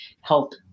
help